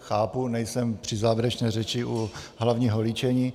Chápu, nejsem při závěrečné řeči u hlavního líčení.